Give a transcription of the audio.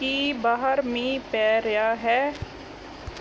ਕੀ ਬਾਹਰ ਮੀਂਹ ਪੈ ਰਿਹਾ ਹੈ